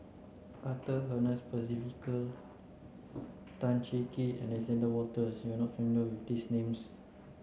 Arthur Ernest Percival Tan Cheng Kee Alexander Wolters you are not familiar with these names